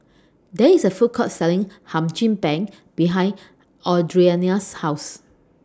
There IS A Food Court Selling Hum Chim Peng behind Audriana's House